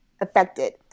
affected